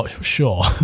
sure